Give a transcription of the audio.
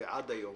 ועד היום